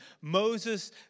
Moses